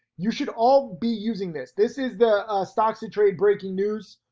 you should all be using this. this is the stocks and trade breaking news,